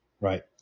Right